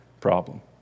problem